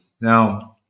Now